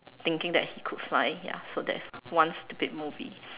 thinking that he could fly ya so that's one stupid movie